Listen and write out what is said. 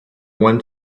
one